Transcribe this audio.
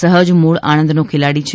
સહજ મૂળ આણંદનો ખેલાડી છે